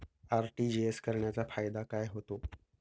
RTGS करण्याचा फायदा काय होतो?